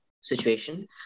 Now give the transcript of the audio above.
situation